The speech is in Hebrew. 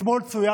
אתמול צוין,